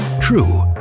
true